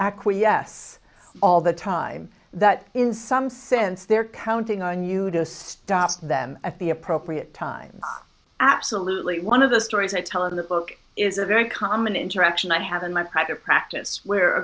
acquiesce all the time that in some sense they're counting on you to stop them at the appropriate time absolutely one of the stories i tell in the book is a very common interaction i have in my private practice where a